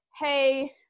hey